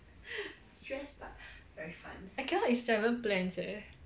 I came up with seven plans eh